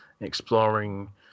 exploring